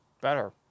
Better